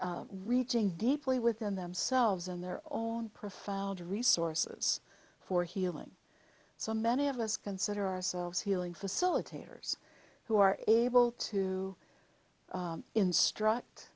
to reaching deeply within themselves and their own profiled resources for healing so many of us consider ourselves healing facilitators who are able to instruct